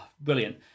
Brilliant